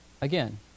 Again